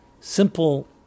simple